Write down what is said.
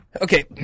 Okay